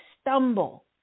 stumble